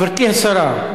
גברתי השרה,